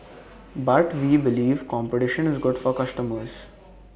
but we believe competition is good for customers